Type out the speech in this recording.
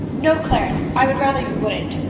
no, clarence, i would rather you wouldn't.